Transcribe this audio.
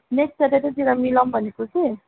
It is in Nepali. नेक्स्ट स्याटर्डेतिर मिलाऔँ भनेको कि